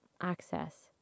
access